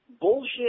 bullshit